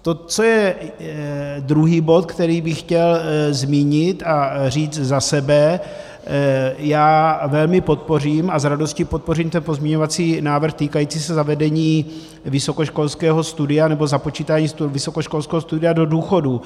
To, co je druhý bod, který bych chtěl zmínit a říct za sebe, já velmi podpořím a s radostí podpořím pozměňovací návrh týkající se zavedení vysokoškolského studia nebo započítání vysokoškolského studia do důchodů.